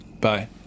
Bye